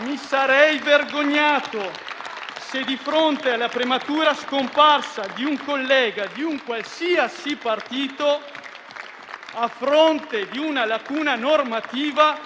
Mi sarei vergognato se, di fronte alla prematura scomparsa di un collega di un qualsiasi partito, in presenza di una lacuna normativa,